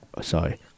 Sorry